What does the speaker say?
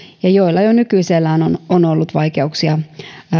ja joilla jo nykyisellään on on ollut vaikeuksia